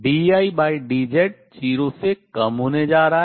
dIdZ 0 से कम होने जा रहा है